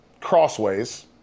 crossways